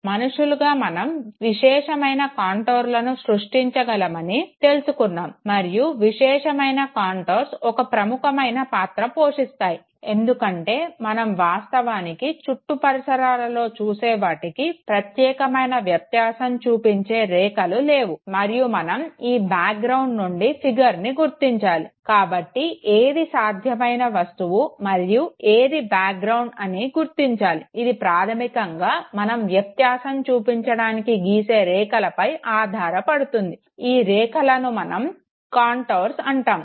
మనుషులుగా మనం విశేషమైన కాంటోర్లను సృస్టించగలమని తెలుసుకున్నాము మరియు విశేషమైన కాంటోర్స్ ఒక ప్రముఖమైన పాత్ర పోషిస్తాయి ఎందుకంటే మనం వాస్తవానికి చుట్టూ పరిసరాలలో చూసేవాటికి ప్రత్యేకమైన వ్యత్యాసం చూపించే రేఖలు లేవు మరియు మనం ఈ బ్యాక్ గ్రౌండ్ నుండి ఫిగర్ని గుర్తించాలి కాబట్టి ఏది సాధ్యమైన వస్తువు మరి ఏది బ్యాక్ గ్రౌండ్ అని గుర్తించాలి ఇది ప్రాధమికంగా మనం వ్యత్యాసం చూపించడానికి గీసే రేఖలపై ఆధారపడుతుంది ఈ రేఖాలను మనం కాంటోర్స్ అంటాము